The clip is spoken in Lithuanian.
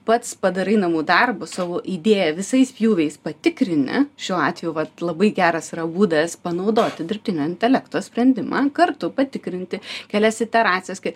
pats padarai namų darbus savo idėją visais pjūviais patikrini šiuo atveju vat labai geras būdas panaudoti dirbtinio intelekto sprendimą kartu patikrinti kelias iteracijas kai